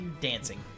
Dancing